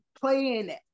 playing